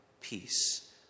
peace